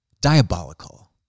Diabolical